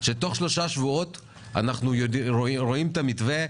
שתוך שלושה שבועות נראה את המתווה,